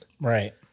Right